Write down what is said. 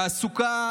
תעסוקה,